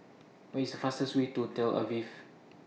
What IS The fastest Way to Tel Aviv